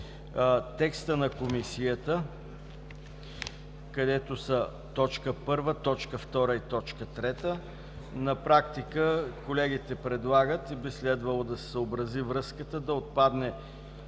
Текстът на Комисията, където са т. 1, т. 2 и т. 3, на практика колегите предлагат и би следвало да се съобрази връзката, да отпадне